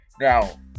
Now